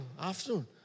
afternoon